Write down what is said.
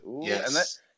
Yes